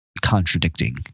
contradicting